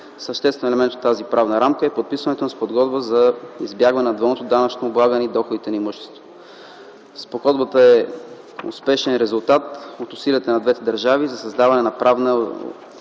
Съществен елемент от тази правна рамка е подписаната Спогодба за избягване на двойното данъчно облагане на доходите и имуществото. Спогодбата е успешен резултат от усилията на двете държави за създаване на правна